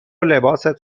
لباست